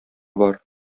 бар